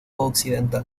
occidental